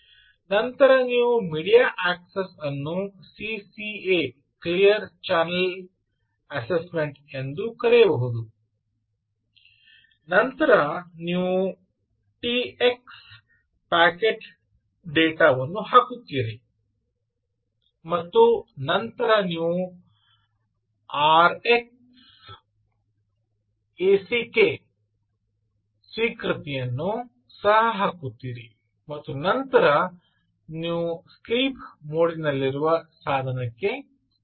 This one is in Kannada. ನಂತರ ನೀವು ಮೀಡಿಯಾ ಆಕ್ಸೆಸ್ ವನ್ನು ಸಿಸಿಎ ಕ್ಲಿಯರ್ ಚಾನೆಲ್ ಅಸೆಸ್ಮೆಂಟ್ ಎಂದೂ ಕರೆಯಬಹುದು ನಂತರ ನೀವು ಟಿಎಕ್ಸ್ ಪ್ಯಾಕೆಟ್ ಡೇಟಾ ಅನ್ನು ಹಾಕುತ್ತೀರಿ ಮತ್ತು ನಂತರ ನೀವು ಆರ್ ಎಕ್ಸ್ಎಫ್ ack ಸ್ವೀಕೃತಿಯನ್ನು ಸಹ ಹಾಕುತ್ತೀರಿ ಮತ್ತು ನಂತರ ನೀವು ಸ್ಲೀಪ್ ಮೋಡಿನಲ್ಲಿರುವ ಸಾಧನಕ್ಕೆ ಹಿಂತಿರುಗಿ